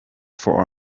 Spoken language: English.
for